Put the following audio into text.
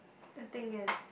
the thing is